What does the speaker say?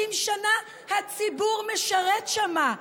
כי 50 שנה הציבור משרת שם.